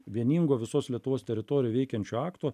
vieningo visos lietuvos teritorijoj veikiančio akto